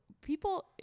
people